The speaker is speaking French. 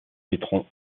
naîtront